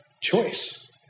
choice